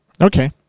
Okay